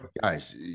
guys